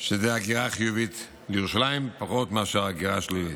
שזה הגירה חיובית לירושלים פחות הגירה שלילית.